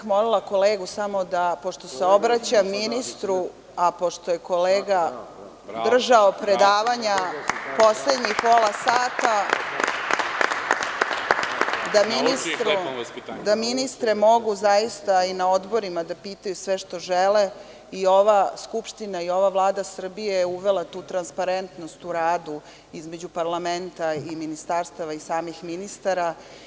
Molila bih kolegu, pošto se obraćam ministru, a pošto je kolega držao predavanja poslednjih pola sata, da ministre mogu zaista i na odborima da pitaju sve što žele i ova Skupština i ova Vlada Srbije je uvela tu transparentnost u radu između parlamenta i ministarstava i samih ministara.